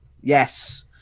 Yes